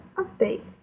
update